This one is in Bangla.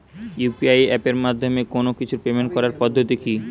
ইউ.পি.আই এপের মাধ্যমে কোন কিছুর পেমেন্ট করার পদ্ধতি কি?